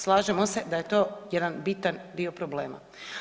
Slažemo se da je to jedan bitan dio problema.